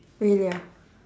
really ah